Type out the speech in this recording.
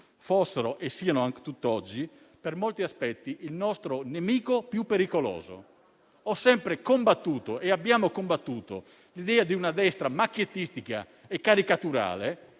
fossero e siano tutt'oggi, per molti aspetti, il nostro nemico più pericoloso. Ho e abbiamo sempre combattuto l'idea di una destra macchiettistica e caricaturale